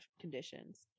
conditions